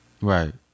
Right